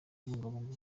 kubungabunga